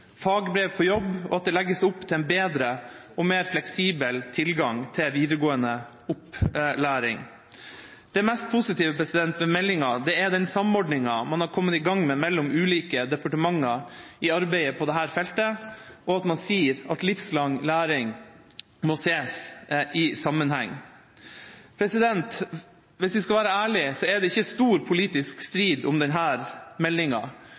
fagbrev på jobb og at det legges opp til en bedre og mer fleksibel tilgang til videregående opplæring. Det mest positive med meldinga er den samordningen man har kommet i gang med mellom ulike departementer i arbeidet på dette feltet, og at man sier at livslang læring må ses i sammenheng. Hvis vi skal være ærlige, er det ikke stor politisk strid om denne meldinga.